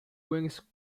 wings